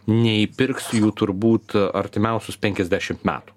neįpirks jų turbūt artimiausius penkiasdešimt metų